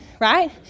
right